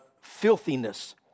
filthiness